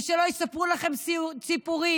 ושלא יספרו לכם סיפורים